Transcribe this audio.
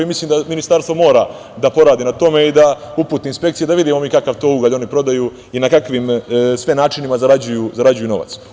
Mislim da ministarstvo mora da poradi na tome i da uputi inspekcije da vidimo kakav ugalj oni prodaju i na kakvim sve načinima zarađuju novac.